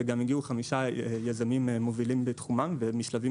וגם הגיעו חמישה יזמים מובילים בתחומים ומשלבים